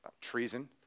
treason